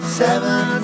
seven